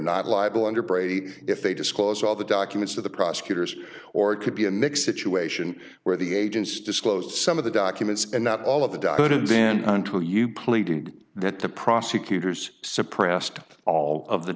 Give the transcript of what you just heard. not liable under brady if they disclose all the documents to the prosecutors or it could be a mix situation where the agents disclosed some of the documents and not all of the diode and then on to you pleading that the prosecutors suppressed all of the